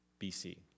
BC